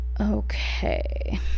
Okay